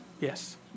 Yes